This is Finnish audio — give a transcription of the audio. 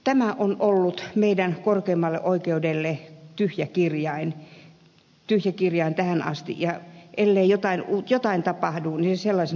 tämä on ollut meidän korkeimmalle oikeudelle tyhjä kirjain tähän asti ja ellei jotain tapahdu se sellaisena pysyykin